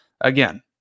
Again